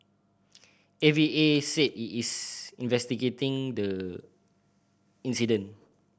A V A said it is investigating the incident